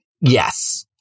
Yes